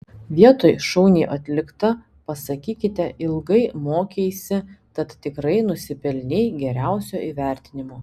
vietoj šauniai atlikta pasakykite ilgai mokeisi tad tikrai nusipelnei geriausio įvertinimo